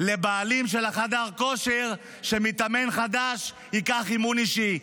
לבעלים של חדר הכושר שמתאמן חדש ייקח אימון אישי.